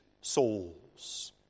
souls